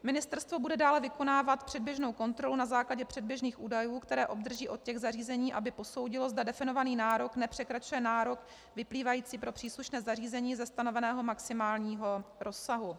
Ministerstvo bude dále vykonávat předběžnou kontrolu na základě předběžných údajů, které obdrží od těch zařízení, aby posoudilo, zda definovaný nárok nepřekračuje nárok vyplývající pro příslušné zařízení ze stanoveného maximálního rozsahu.